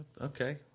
okay